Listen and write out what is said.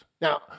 now